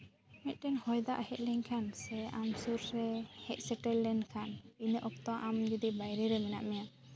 ᱢᱤᱫᱴᱟᱝ ᱦᱚᱭ ᱫᱟᱜ ᱦᱮᱡ ᱞᱮᱱᱠᱷᱟᱱ ᱥᱮ ᱟᱢ ᱥᱩᱨ ᱨᱮ ᱦᱮᱡ ᱥᱮᱴᱮᱨ ᱞᱮᱱᱠᱷᱟᱱ ᱤᱱᱟᱹ ᱚᱠᱛᱚ ᱟᱢ ᱡᱩᱫᱤ ᱵᱟᱭᱨᱮ ᱨᱮ ᱢᱮᱱᱟᱜ ᱢᱮᱭᱟ